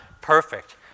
perfect